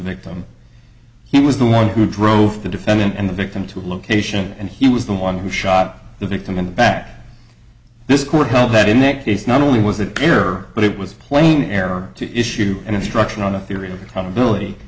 victim he was the one who drove the defendant and the victim to location and he was the one who shot the victim in the back this court held that in that case not only was it clearer but it was plain error to issue an instruction on the theory